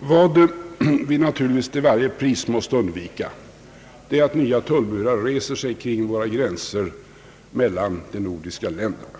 Vad vi naturligtvis till varje pris måste undvika är att tullmurar reses kring våra gränser mellan de nordiska länderna.